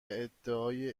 ادعای